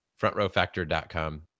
FrontRowFactor.com